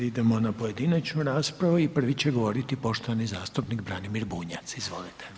Sada idemo na pojedinačnu raspravu i prvi će govoriti poštovani zastupnik Branimir Bunjac, izvolite.